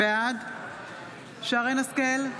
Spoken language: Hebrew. בעד שרן מרים השכל,